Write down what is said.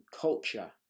culture